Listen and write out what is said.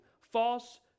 false